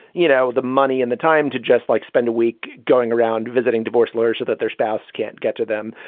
you know, the money and the time to just like spend a week going around visiting divorce lawyers or that their spouse can't get to them.